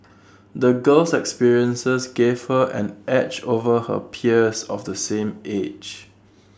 the girl's experiences gave her an edge over her peers of the same age